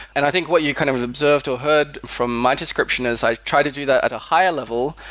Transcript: and i think what you've kind of observed or heard from my description is i try to do that at a higher level,